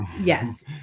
Yes